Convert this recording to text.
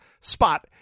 spot